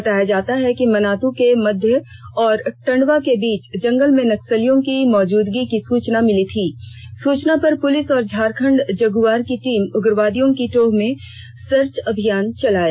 बताया जाता है कि मनात् के मध्या और टंडवा के बीच जंगल में नक्सलियों की मौजूदगी की सूचना मिली थी सूचना पर पुलिस और झारखंड जगुआर की टीम उग्रवादियों की टोह में सर्च अभियान चलाया